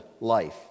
life